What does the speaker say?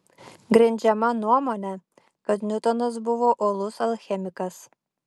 grindžiama nuomone kad niutonas buvo uolus alchemikas